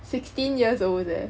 sixteen years old leh